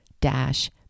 dash